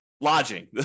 lodging